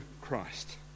Christ